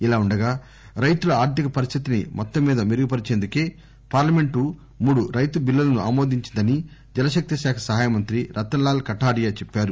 ఇదిలా ఉండగా రైతుల ఆర్దిక పరిస్దితిని మొత్తంమీద మెరుగుపరిచేందుకే పార్లమెంట్ మూడు రైతు చిల్లులను ఆమోదించిందని జలశక్తి శాఖ సహాయమంత్రి రతన్ లాల్ కటారియా చెప్పారు